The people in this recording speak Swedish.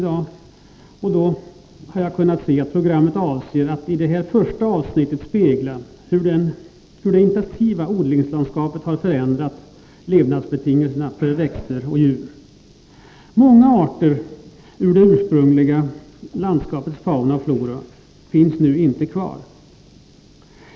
Det framgår att programmet avser att i det första avsnittet spegla hur det intensiva odlingslandskapet har förändrat levnadsbetingelserna för växter djur. Många arter i det ursprungliga landskapets fauna och flora finns nu inte kvar.